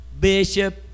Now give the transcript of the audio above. Bishop